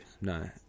No